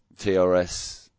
TRS